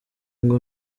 ngo